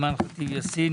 אימאן ח'טיב יאסין,